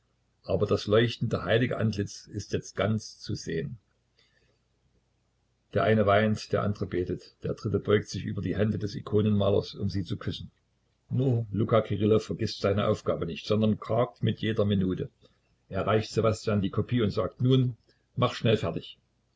aber das leuchtende heilige antlitz ist jetzt ganz zu sehen der eine weint der andere betet der dritte beugt sich über die hände des ikonenmalers um sie zu küssen nur luka kirillow vergißt seine aufgabe nicht sondern kargt mit jeder minute er reicht ssewastjan die kopie und sagt nun mach schneller fertig